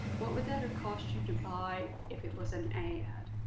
what what that it cost you to buy if it was an ad?